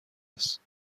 است